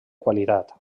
qualitat